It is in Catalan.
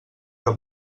que